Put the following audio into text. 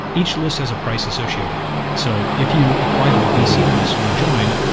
each list has a price associated with it. so if you apply to the vc list and you join,